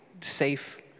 safe